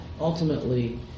ultimately